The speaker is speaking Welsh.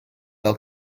fel